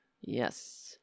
Yes